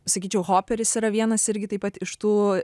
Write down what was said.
sakyčiau hoperis yra vienas irgi taip pat iš tų